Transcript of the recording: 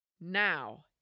Now